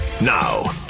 Now